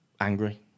angry